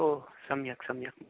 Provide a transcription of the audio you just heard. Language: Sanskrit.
ओ सम्यक् सम्यक्